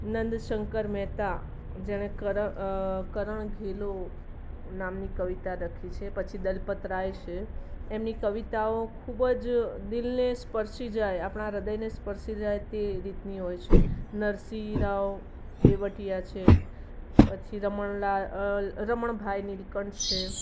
નંદશંકર મહેતા જેણે કર કરણઘેલો નામની કવિતા લખી છે પછી દલપતરાય છે એમની કવિતાઓ ખૂબ જ દિલને સ્પર્શી જાય આપણાં હ્રદયને સ્પર્શી જાય તે રીતની હોય છે નરસિંહ રાવ દેવટીયા છે પછી રમણલાલ રમણભાઈ નીલકંઠ છે